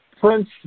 Prince